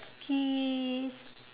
he's